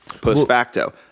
post-facto